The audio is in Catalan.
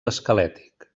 esquelètic